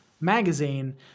magazine